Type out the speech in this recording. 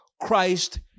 Christ